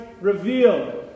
revealed